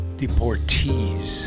deportees